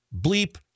Bleep